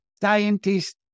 scientists